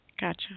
Gotcha